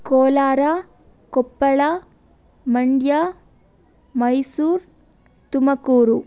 Kolar Koppal Mandya Mysuru Tumakuru